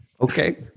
Okay